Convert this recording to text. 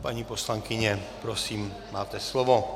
Paní poslankyně, prosím, máte slovo.